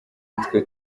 nitwe